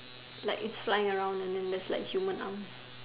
like it's flying around and then there's human arms